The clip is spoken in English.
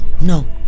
no